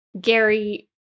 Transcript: Gary